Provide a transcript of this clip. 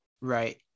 Right